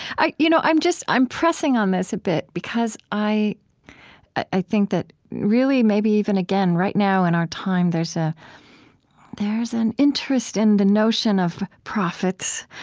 you know i'm just i'm pressing on this a bit because i i think that really maybe even, again, right now in our time, there's ah there's an interest in the notion of prophets.